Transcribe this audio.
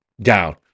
down